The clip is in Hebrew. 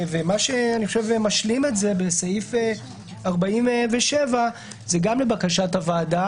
מה שמשלים את זה בסעיף 47 זה גם לבקשת הוועדה